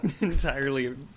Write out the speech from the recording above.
entirely